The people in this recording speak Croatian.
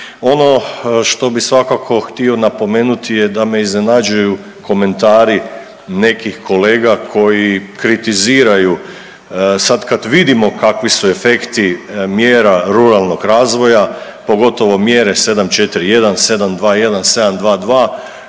Ono što bi svakako htio napomenuti je da me iznenađuju komentari nekih kolega koji kritiziraju, sad kad vidimo kakvi su efekti mjera ruralnog razvoja, pogotovo mjere 741, 721, 722